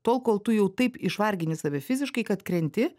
tol kol tu jau taip išvargini save fiziškai kad krenti